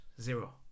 zero